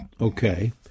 Okay